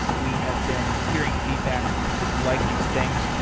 we have been hearing feedback from people who like these things,